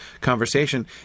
conversation